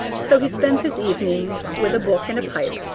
so he spends his evenings with a book and a pipe,